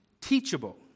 teachable